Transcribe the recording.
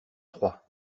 trois